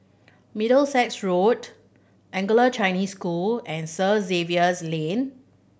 Middlesex Road Anglo Chinese School and Third Xavier's Lane